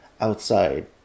outside